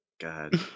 god